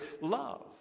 love